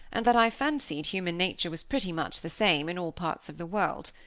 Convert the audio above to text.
and that i fancied human nature was pretty much the same in all parts of the world.